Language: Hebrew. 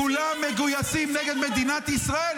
כולם מגויסים נגד מדינת ישראל.